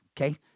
okay